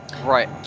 Right